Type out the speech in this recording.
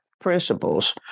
principles